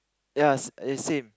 ya it's same